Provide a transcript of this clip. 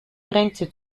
grenze